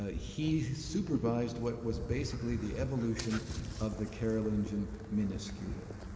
ah he supervised what was basically the evolution of the carolingian minuscule.